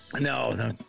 no